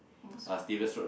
uh Stevens road lah